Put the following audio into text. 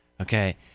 okay